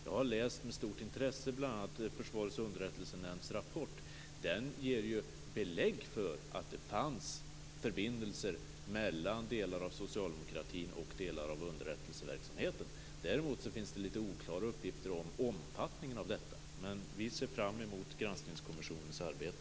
Jag har med stort intresse läst bl.a. Försvarets underrättelsenämnds rapport. Den ger belägg för att det fanns förbindelser mellan delar av socialdemokratin och delar av underrättelseverksamheten. Däremot är uppgifterna om omfattningen av detta oklara. Vi ser fram emot granskningskommissionens arbete.